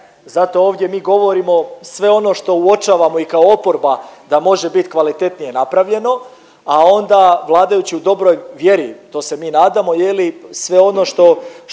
zato ovdje mi govorimo sve ono što uočavamo i kao oporba da može bit kvalitetnije napravljeno, a onda vladajući u dobroj vjeri, to se mi nadamo je li, sve ono što,